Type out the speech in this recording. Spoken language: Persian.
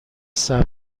صبر